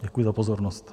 Děkuji za pozornost.